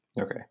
okay